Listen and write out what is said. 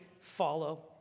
follow